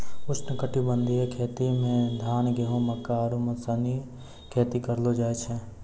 उष्णकटिबंधीय खेती मे धान, गेहूं, मक्का आरु सनी खेती करलो जाय छै